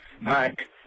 Mike